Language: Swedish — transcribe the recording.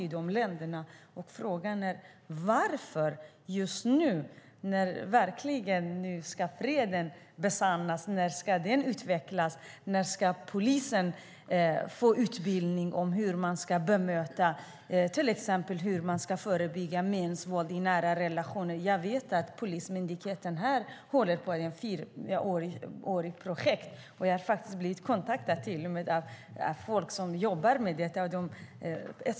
Varför ska vi dra oss ur nu när freden äntligen har besannats, samhällena ska utvecklas och polisen ska få utbildning om hur den ska förebygga till exempel mäns våld mot kvinnor i nära relationer? Jag vet att den svenska polisen har ett fyraårigt projekt om detta. Jag har till och med blivit kontaktad av dem som jobbar med det.